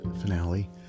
finale